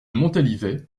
montalivet